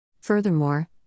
Furthermore